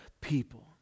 people